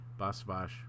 Basvash